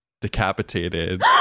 decapitated